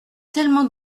tellement